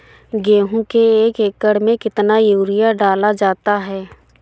गेहूँ के एक एकड़ में कितना यूरिया डाला जाता है?